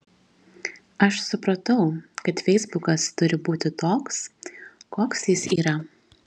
aš supratau kad feisbukas turi būti toks koks jis yra